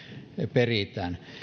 peritään